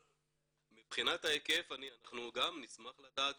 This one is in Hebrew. ומבחינת ההיקף אנחנו גם נשמח לדעת